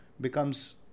becomes